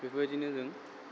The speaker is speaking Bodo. बेफोरबायदिनो जों